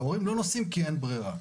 הורים לא מסיעים כי אין ברירה,